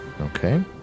Okay